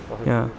ya